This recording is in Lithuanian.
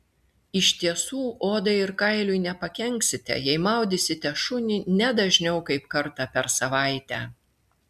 iš tiesų odai ir kailiui nepakenksite jei maudysite šunį ne dažniau kaip kartą per savaitę